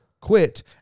quit